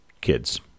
kids